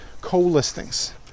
co-listings